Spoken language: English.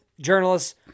Journalists